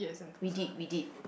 we did we did